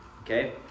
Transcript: okay